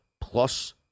plus